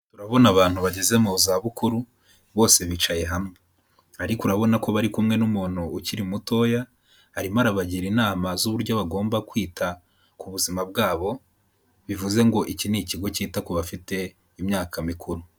Urabona abantu bageze mu zabukuru bose bicaye hamwe, ariko urabona ko bari kumwe n'umuntu ukiri mutoya arimo arabagira inama z'uburyo bagomba kwita ku buzima bwabo, bivuze ngo iki ni ikigo cyita ku bafite imyaka mikuru.